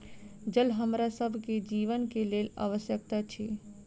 जल हमरा सभ के जीवन के लेल आवश्यक अछि